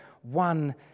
one